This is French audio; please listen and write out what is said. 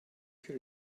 que